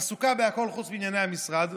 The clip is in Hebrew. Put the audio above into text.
עסוקה בהכול חוץ מענייני המשרד.